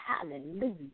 Hallelujah